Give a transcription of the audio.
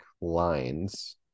lines